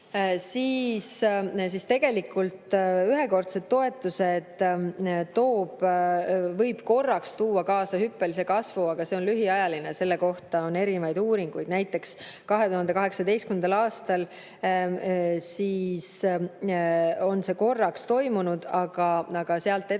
siis tegelikult ühekordsed toetused võivad korraks tuua kaasa hüppelise kasvu, aga see on lühiajaline. Selle kohta on tehtud uuringuid, näiteks 2018. aastal on see korraks toimunud, aga sealt edasi